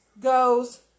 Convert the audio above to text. goes